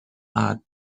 are